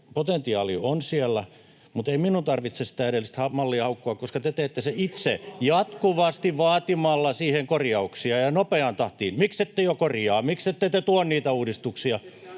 potentiaali on siellä. — Mutta ei minun tarvitse sitä edellistä mallia haukkua, koska te teette sen itse jatkuvasti vaatimalla siihen korjauksia ja nopeaan tahtiin. ”Miksette jo korjaa? Miksette te tuo niitä uudistuksia?”